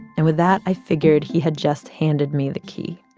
and with that, i figured he had just handed me the key